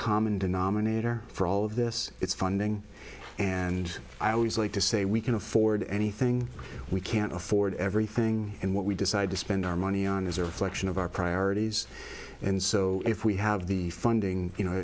common denominator for all of this it's funding and i always like to say we can afford anything we can't afford everything and what we decide to spend our money on is a reflection of our priorities and so if we have the funding you know